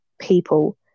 People